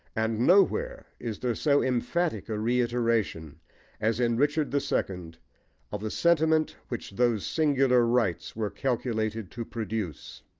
and nowhere is there so emphatic a reiteration as in richard the second of the sentiment which those singular rites were calculated to produce.